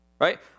right